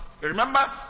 Remember